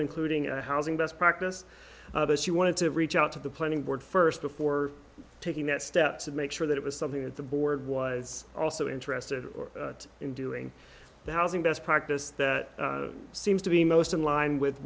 including a housing bust practice she wanted to reach out to the planning board st before taking that step to make sure that it was something that the board was also interested in doing the housing best practice that seems to be most in line with